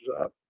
up